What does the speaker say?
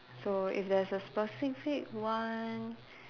so if there's a specific one